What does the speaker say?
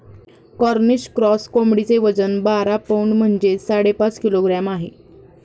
Cornish cross कोंबडीचे वजन बारा पौंड म्हणजेच साडेपाच किलोग्रॅम आहे